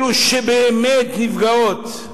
אלה שבאמת נפגעות,